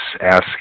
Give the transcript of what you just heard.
ask